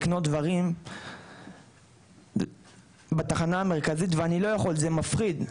לקנות דברים בתחנה המרכזית ואני לא יכול זה מפחיד,